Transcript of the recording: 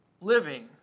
living